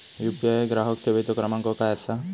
UPI ग्राहक सेवेचो क्रमांक काय असा?